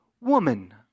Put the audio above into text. woman